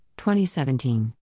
2017